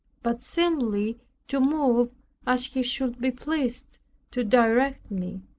but singly to move as he should be pleased to direct me.